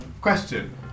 Question